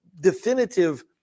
definitive